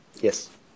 Yes